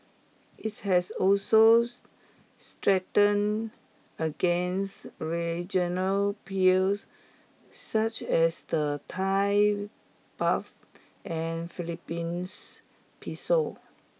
its has also strengthened against regional peers such as the Thai baht and Philippines peso